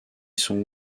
sont